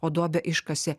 o duobę iškasė